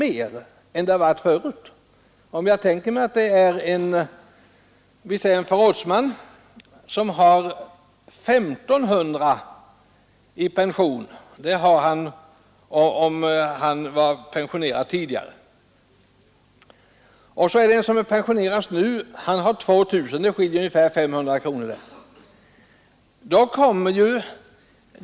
En förrådsman som pensionerats tidigare har 1 500 kronor i pension, men den som pensioneras nu har 2 000 kronor. Det gör 500 kronors skillnad.